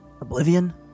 oblivion